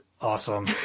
Awesome